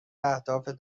اهداف